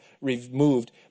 removed